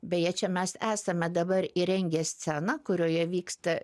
beje čia mes esame dabar įrengę sceną kurioje vyksta